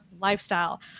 lifestyle